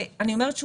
אני אומרת שוב,